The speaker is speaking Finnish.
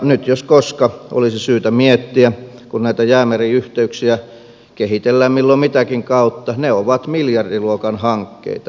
nyt jos koskaan olisi syytä miettiä kun näitä jäämeri yhteyksiä kehitellään milloin mitäkin kautta että ne ovat miljardiluokan hankkeita